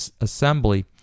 Assembly